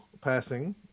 passing